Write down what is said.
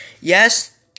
Yes